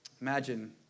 Imagine